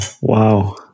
Wow